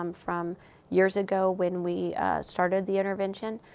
um from years ago when we started the intervention.